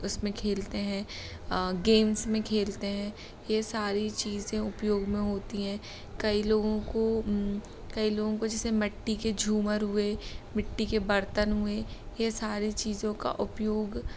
उसमें खेलते हैं गेम्स में खेलते हैं यह सारी चीज़ें उपयोग में होती है कई लोगों को कई लोगों को जैसे मिट्टी के झूमर हुए मिट्टी के बर्तन हुए यह सारी चीज़ों का उपयोग